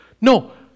No